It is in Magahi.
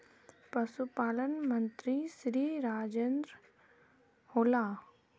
पशुपालन मंत्री श्री राजेन्द्र होला?